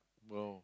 !wow!